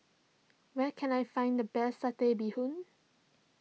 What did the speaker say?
where can I find the best Satay Bee Hoon